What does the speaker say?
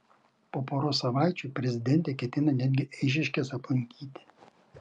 po poros savaičių prezidentė ketina netgi eišiškes aplankyti